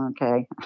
Okay